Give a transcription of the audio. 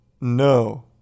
No